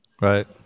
Right